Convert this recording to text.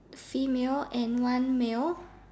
female and one male